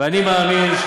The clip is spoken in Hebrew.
ואני מאמין,